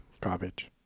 garbage